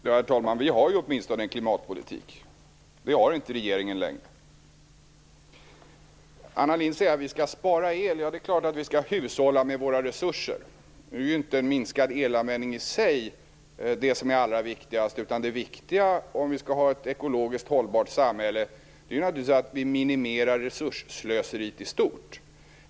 Herr talman! Vi har åtminstone en klimatpolitik. Det har inte regeringen längre. Anna Lindh säger att vi skall spara el. Ja, det är klart att vi skall hushålla med våra resurser. Nu är inte en minskad elanvändning i sig det som är det allra viktigaste utan det viktiga, om vi skall ha ett ekologiskt hållbart samhälle, är naturligtvis att vi minimerar resursslöseriet i stort.